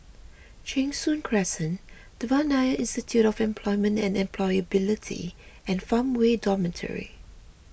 Cheng Soon Crescent Devan Nair Institute of Employment and Employability and Farmway Dormitory